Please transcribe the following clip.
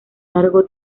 largo